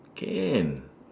can